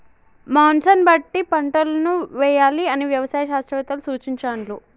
monsoon బట్టి పంటలను వేయాలి అని వ్యవసాయ శాస్త్రవేత్తలు సూచించాండ్లు